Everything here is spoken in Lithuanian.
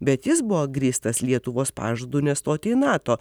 bet jis buvo grįstas lietuvos pažadu nestoti į nato